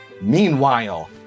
Meanwhile